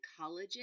collagen